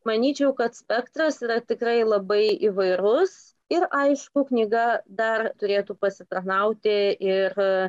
manyčiau kad spektras yra tikrai labai įvairus ir aišku knyga dar turėtų pasitarnauti ir